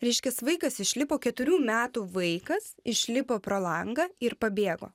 reiškias vaikas išlipo keturių metų vaikas išlipo pro langą ir pabėgo